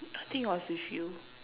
I think it was with you